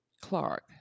Clark